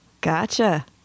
Gotcha